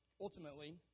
Ultimately